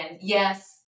yes